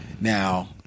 Now